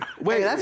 Wait